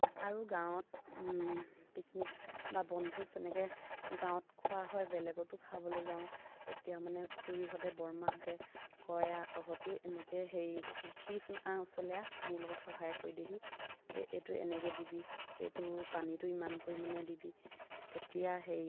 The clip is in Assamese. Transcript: আৰু গাঁৱত পিকনিক বা বনভোজ এনেকে গাঁৱত খোৱা হয় বেলেগতো খাবলে যাওঁ তেতিয়া মানে খুৰীহঁতে বৰমাহঁতে কয় আহ তহঁতেও এনেকে সেই শিকহিচোন আহ ওচৰলৈ আহ মোৰ লগত সহায় কৰি দেহি এইটো এনেকে দিবি এইটো পানীটো ইমান পৰিমাণে দিবি তেতিয়া সেই